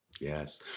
Yes